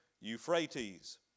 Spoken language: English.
Euphrates